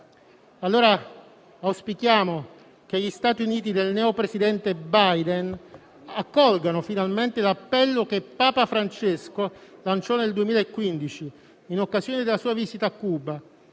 Auspichiamo pertanto che gli Stati Uniti del neopresidente Biden accolgano finalmente l'appello che Papa Francesco lanciò nel 2015, in occasione della sua visita a Cuba,